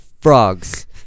frogs